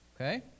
Okay